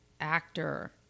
actor